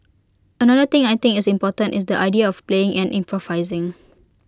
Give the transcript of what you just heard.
another thing I think is important is the idea of playing and improvising